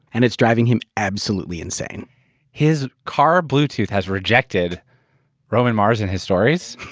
and it's driving him absolutely insane his car bluetooth has rejected roman mars and his stories?